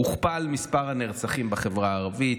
הוכפל מספר הנרצחים בחברה הערבית,